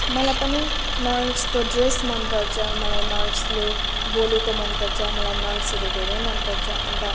मलाई पनि नर्सको ड्रेस मनपर्छ मलाई नर्सले बोलेको मनपर्छ मलाई नर्सहरू धेरै मनपर्छ अन्त